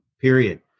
period